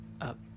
up